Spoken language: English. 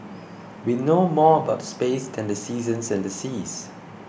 we know more about space than the seasons and seas